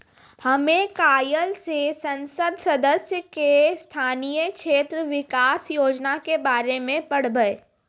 हमे काइल से संसद सदस्य के स्थानीय क्षेत्र विकास योजना के बारे मे पढ़बै